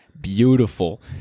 Beautiful